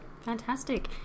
Fantastic